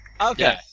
Okay